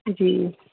जी